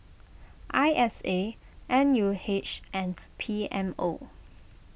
I S A N U H and P M O